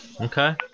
Okay